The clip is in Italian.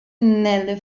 nelle